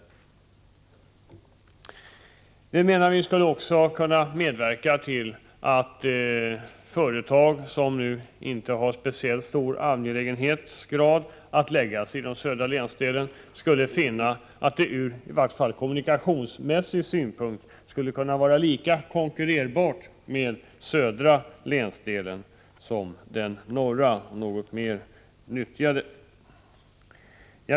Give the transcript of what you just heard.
Detta, menar vi, skulle också kunna medverka till att företag för vilka det inte är särskilt angeläget att placera sig i den norra länsdelen skulle finna att det i vart fall ur kommunikationssynpunkt skulle kunna vara lika konkurrenskraftigt med en lokalisering till den södra länsdelen.